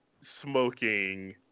smoking